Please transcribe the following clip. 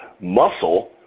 muscle